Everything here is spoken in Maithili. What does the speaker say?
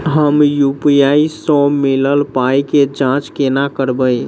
हम यु.पी.आई सअ मिलल पाई केँ जाँच केना करबै?